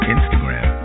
Instagram